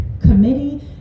committee